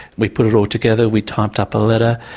we put it all together, we typed up a letter,